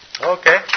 Okay